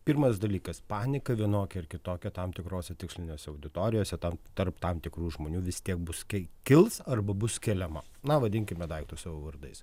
pirmas dalykas panika vienokia ar kitokia tam tikrose tikslinėse auditorijose tam tarp tam tikrų žmonių vis tiek bus kai kils arba bus keliama na vadinkime daiktus savo vardais